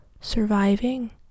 surviving